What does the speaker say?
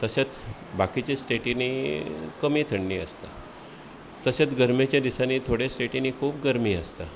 तशेंच बाकीच्या स्टेटिंनी कमी थंडी आसता तशेंच गरमेच्या दिसांनी थोड्या स्टेटिंनी खूब गरमी आसता